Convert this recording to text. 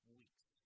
weeks